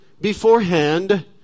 beforehand